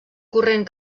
corrent